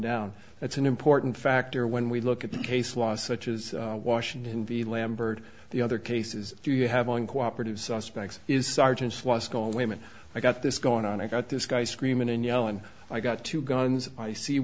down that's an important factor when we look at the case law such as washington v lambert the other cases you have on cooperative suspects is sergeants law school women i got this going on i got this guy screaming and yelling i got two guns i see